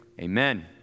amen